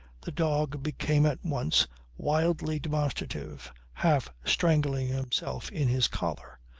the dog became at once wildly demonstrative, half strangling himself in his collar,